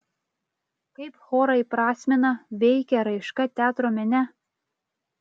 kaip chorą įprasmina veikia raiška teatro mene